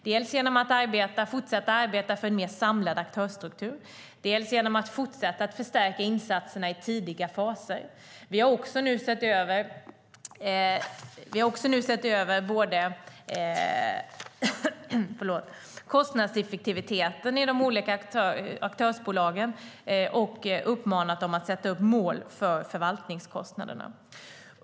Det gör vi dels genom att fortsatt arbeta för en mer samlad aktörsstruktur, dels genom att fortsätta att förstärka insatserna i tidiga faser. Vi har också nu sett över kostnadseffektiviteten i de olika aktörsbolagen och uppmanat dem att sätta upp mål för förvaltningskostnaderna.